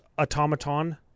Automaton